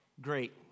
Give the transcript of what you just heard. Great